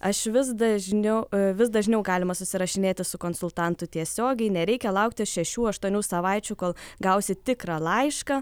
aš vis dažniau vis dažniau galima susirašinėti su konsultantu tiesiogiai nereikia laukti šešių aštuonių savaičių kol gausi tikrą laišką